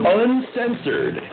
uncensored